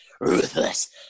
ruthless